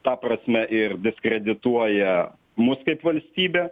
ta prasme ir diskredituoja mus kaip valstybę